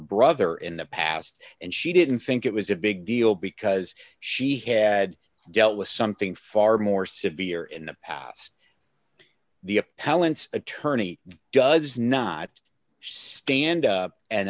brother in the past and she didn't think it was a big deal because she had dealt with something far more severe in the past the appellant's attorney does not stand up and